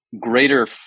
greater